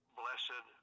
blessed